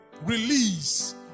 release